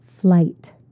Flight